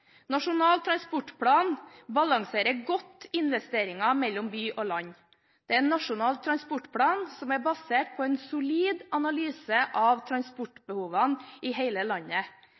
Nasjonal transportplan balanserer godt investeringer mellom by og land. Det er en Nasjonal transportplan som er basert på en solid analyse av transportbehovene i hele landet